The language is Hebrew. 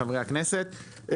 חברי הכנסת,